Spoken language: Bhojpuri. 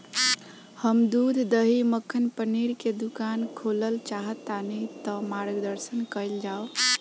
हम दूध दही मक्खन पनीर के दुकान खोलल चाहतानी ता मार्गदर्शन कइल जाव?